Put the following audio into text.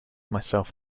myself